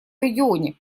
регионе